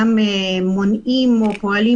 גם פועלים